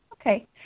Okay